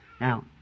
Now